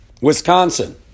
Wisconsin